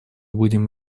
будем